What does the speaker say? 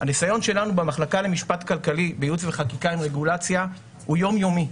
הניסיון שלנו במחלקה למשפט כלכלי בייעוץ וחקיקה עם רגולציה הוא יומיומי.